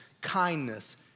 kindness